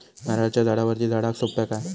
नारळाच्या झाडावरती चडाक सोप्या कसा?